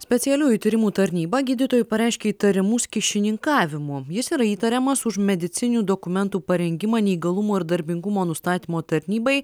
specialiųjų tyrimų tarnyba gydytojui pareiškė įtarimus kyšininkavimu jis yra įtariamas už medicininių dokumentų parengimą neįgalumo ir darbingumo nustatymo tarnybai